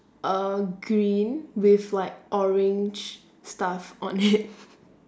uh green with like orange stuff on it